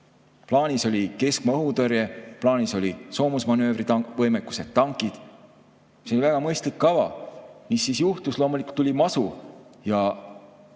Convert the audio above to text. Plaanis oli keskmaa-õhutõrje, plaanis oli soomusmanöövrivõimekus ehk tankid. See oli väga mõistlik kava. Mis siis juhtus? Tuli masu ja